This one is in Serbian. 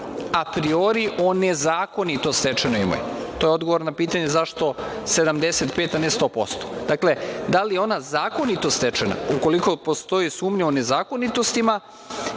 apriori o nezakonito stečenoj imovini. To je odgovor na pitanje zašto 75%, a ne 100%. Dakle, da li je ona zakonito stečena? Ukoliko postoji sumnja o nezakonitostima,